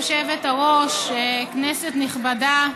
גברתי היושבת-ראש, כנסת נכבדה,